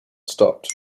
stopped